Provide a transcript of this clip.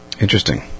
Interesting